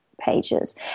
pages